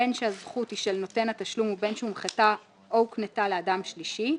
בין שהזכות היא של נותן התשלום ובין שהומחתה או הוקנתה לאדם שלישי,